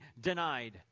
denied